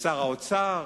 לשר האוצר?